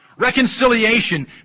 reconciliation